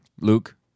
Luke